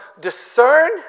discern